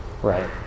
Right